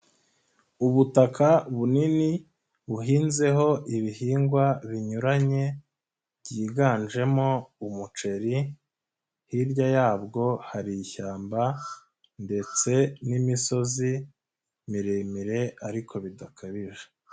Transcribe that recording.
Ubutaka bunini buhinzeho ibihingwa binyuranye byiganjemo umuceri, hirya yabwo hari ishyamba ndetse n'imisozi miremire ariko bidakabije.